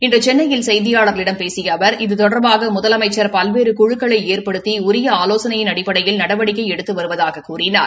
இன்று சென்னையில் செய்தியாளர்களிடம் பேசிய அவர் இது தொடர்பாக முதலமைச்சர் பல்வேறு குழுக்களை ஏற்படுத்தி உரிய ஆலோசனையின் அடிப்படையில் நடவடிக்கை எடுத்து வருவதாகக் கூறினார்